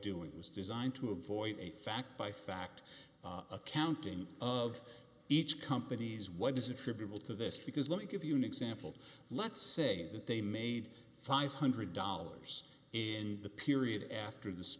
doing is designed to avoid a fact by fact accounting of each company's what is attributable to this because let me give you an example let's say that they made five hundred dollars in the period after th